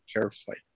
carefully